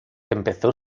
empezó